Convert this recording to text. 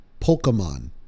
pokemon